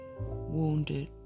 wounded